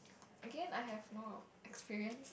Again I have no experience